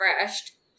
refreshed